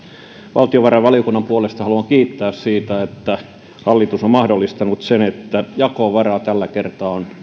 valtiovarainvaliokunnan puolesta haluan kiittää siitä että hallitus on mahdollistanut sen että jakovara tällä kertaa on